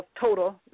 Total